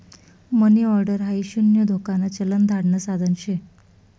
मनी order हाई शून्य धोकान चलन धाडण साधन शे